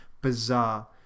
bizarre